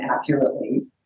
accurately